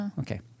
Okay